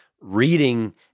reading